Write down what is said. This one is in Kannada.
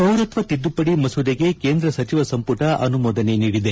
ಪೌರತ್ವ ತಿದ್ದುಪಡಿ ಮಸೂದೆಗೆ ಕೇಂದ್ರ ಸಚಿವ ಸಂಪುಟ ಅನುಮೋದನೆ ನೀಡಿದೆ